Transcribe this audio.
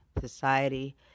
society